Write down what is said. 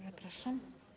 Zapraszam.